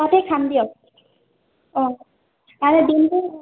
তাতে খাম দিয়ক অঁ আৰুদিনটো